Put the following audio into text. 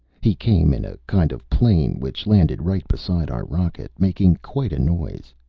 he came in a kind of plane, which landed right beside our rocket, making quite a noise.